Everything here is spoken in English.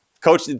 coach